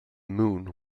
moon